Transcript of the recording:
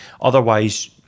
Otherwise